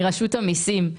מרשות המיסים,